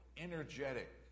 energetic